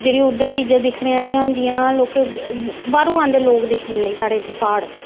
जेह्ड़ी उद्धर चीजां दिक्खने आह्लियां होंदियां लोकें बाह्रों आंदे लोक दिक्खने लेई साढ़े इत्थें प्हाड़